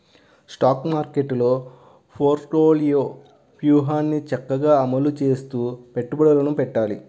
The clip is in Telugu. స్టాక్ మార్కెట్టులో పోర్ట్ఫోలియో వ్యూహాన్ని చక్కగా అమలు చేస్తూ పెట్టుబడులను పెట్టాలి